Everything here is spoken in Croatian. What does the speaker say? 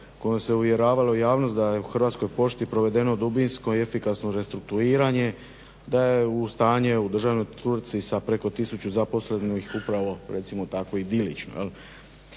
kojom se uvjeravalo javnost da je u Hrvatskoj pošti provedeno dubinsko i efikasno restrukturiranje, da je stanje u državnoj tvrtci sa preko tisuću zaposlenih upravo recimo tako idilično.